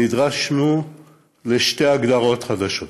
נדרשנו לשתי הגדרות חדשות: